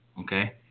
okay